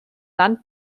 land